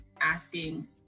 asking